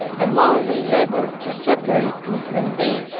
the more they labored to separate me from thee,